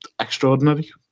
extraordinary